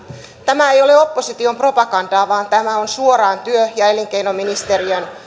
tämä ei ole opposition propagandaa vaan tämä on suoraan työ ja elinkeinoministeriön